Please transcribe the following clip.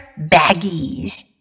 baggies